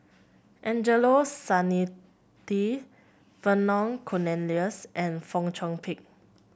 Angelo Vernon Cornelius and Fong Chong Pik